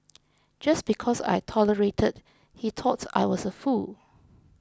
just because I tolerated he thought I was a fool